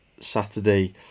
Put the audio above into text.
Saturday